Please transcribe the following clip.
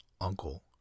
uncle